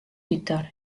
tütar